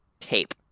tape